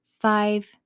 five